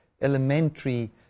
elementary